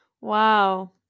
Wow